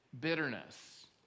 bitterness